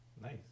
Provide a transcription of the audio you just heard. Nice